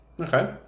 Okay